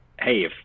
hey